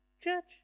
church